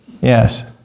Yes